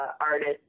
artist